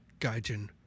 gaijin